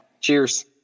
Cheers